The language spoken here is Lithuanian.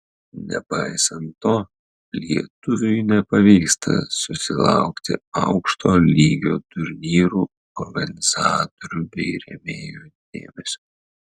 nepaisant to lietuviui nepavyksta susilaukti aukšto lygio turnyrų organizatorių bei rėmėjų dėmesio